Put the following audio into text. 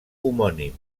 homònim